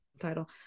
title